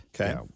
Okay